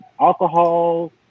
alcohol